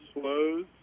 Slows